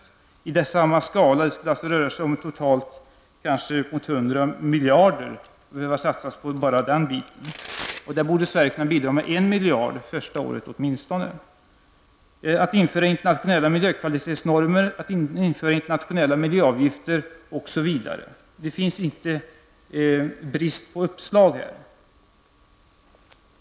Uppåt 100 miljarder skulle behövas satsas enbart på den delen. Där borde Sverige kunna bidra med 1 miljard första året åtminstone. Vi kräver vidare att man skall införa internationella miljökvalitetsnormer och att man skall införa internationella miljöavgifter. Det finns inte någon brist på uppslag.